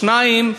שנית,